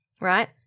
right